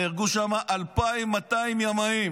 נהרגו שם 2,200 ימאים,